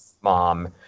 mom